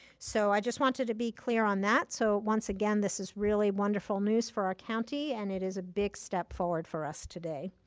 so i just wanted to be clear on that. so once again, this is really wonderful news for our county and it is a big step forward for us today.